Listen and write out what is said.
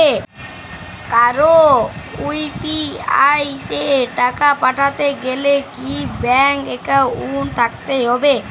কারো ইউ.পি.আই তে টাকা পাঠাতে গেলে কি ব্যাংক একাউন্ট থাকতেই হবে?